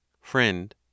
Friend